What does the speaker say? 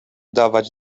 dawać